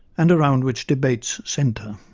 and around which debates centre.